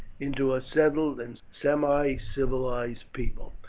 into a settled and semi-civilized people.